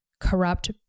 corrupt